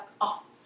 awesome